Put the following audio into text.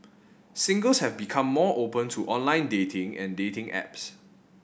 singles have become more open to online dating and dating apps